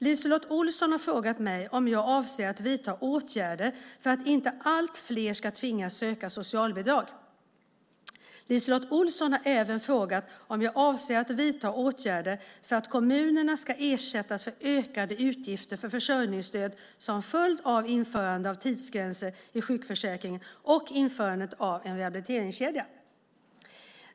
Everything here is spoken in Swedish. LiseLotte Olsson har frågat mig om jag avser att vidta åtgärder för att inte allt fler ska tvingas söka socialbidrag. LiseLotte Olsson har även frågat om jag avser att vidta åtgärder för att kommunerna ska ersättas för ökade utgifter för försörjningsstöd som följd av införandet av tidsgränser i sjukförsäkringen och införandet av en rehabiliteringskedja.